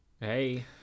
Hey